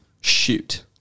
Shoot